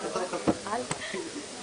ועדת המדע והטכנולוגיה.